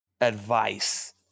advice